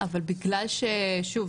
אבל בגלל ששוב,